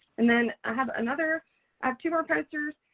and then i have another i have two more posters.